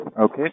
Okay